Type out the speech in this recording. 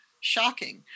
shocking